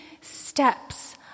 steps